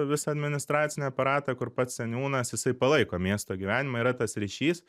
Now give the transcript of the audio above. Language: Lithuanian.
visą administracinį aparatą kur pats seniūnas jisai palaiko miesto gyvenimą yra tas ryšys